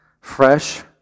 fresh